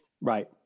Right